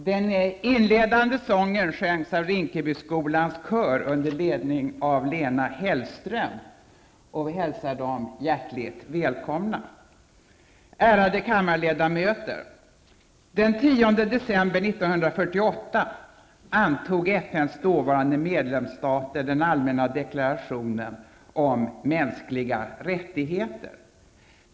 Den 10 december 1948 antog FNs dåvarande medlemsstater den allmänna deklarationen om mänskliga rättigheter.